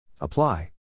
Apply